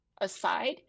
aside